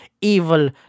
evil